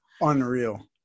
Unreal